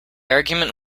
argument